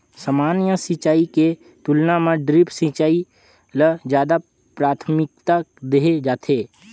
सामान्य सिंचाई के तुलना म ड्रिप सिंचाई ल ज्यादा प्राथमिकता देहे जाथे